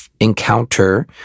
encounter